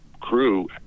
crew